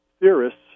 theorists